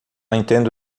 entendo